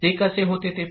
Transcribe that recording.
ते कसे होते ते पाहूया